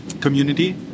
community